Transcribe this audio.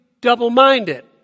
double-minded